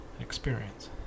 experience